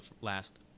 last